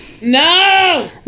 No